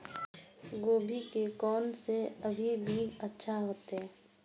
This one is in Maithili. गोभी के कोन से अभी बीज अच्छा होते?